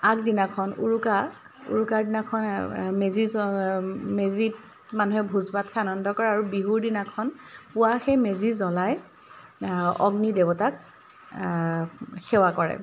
আগদিনাখন উৰুকা উৰুকাৰ দিনাখন মেজি মানুহে ভোজ ভাত খায় আৰু বিহুৰ দিনাখন পুৱা সেই মেজি জ্বলাই অগ্নি দেৱতাক সেৱা কৰে